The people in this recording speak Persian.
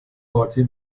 پارتی